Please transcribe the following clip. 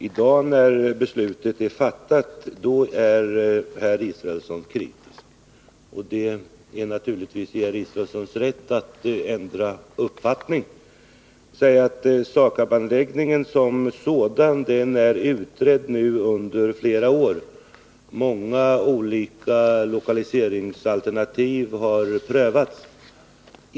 I dag, när beslutet är fattat, är herr Israelsson kritisk. Det är naturligtvis herr Israelssons rätt att ändra uppfattning. SAKAB-anläggningen som sådan har nu utretts under flera år. Många olika lokaliseringsalternativ har prövats.